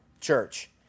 Church